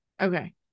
Okay